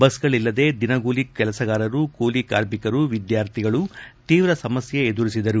ಬಸ್ಗಳಿಲ್ಲದೆ ದಿನಗೂಲಿ ಕೆಲಸಗಾರರು ಕೂಲಿ ಕಾರ್ಮಿಕರು ವಿದ್ಯಾರ್ಥಿಗಳು ತೀವ್ರ ಸಮಸ್ಯೆ ಎದುರಿಸಿದರು